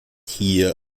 hier